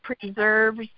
preserves